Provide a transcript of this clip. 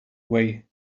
way